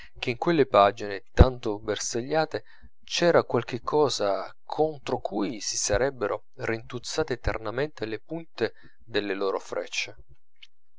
che in quelle pagine tanto bersagliate c'era qualche cosa contro cui si sarebbero rintuzzate eternamente le punte delle loro freccie